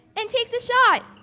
and takes a shot.